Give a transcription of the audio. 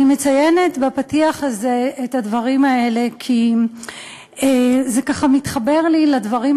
אני מציינת בפתיח זה את הדברים האלה כי זה מתחבר לי לדברים